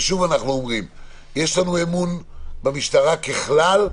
ושוב אנחנו אומרים, יש לנו אמון במשטרה ככלל,